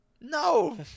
No